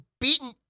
beaten